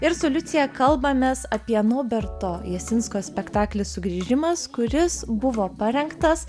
ir su liucija kalbamės apie nauberto jasinsko spektaklį sugrįžimas kuris buvo parengtas